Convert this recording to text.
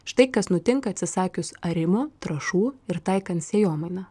štai kas nutinka atsisakius arimo trąšų ir taikant sėjomainą